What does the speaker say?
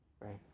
right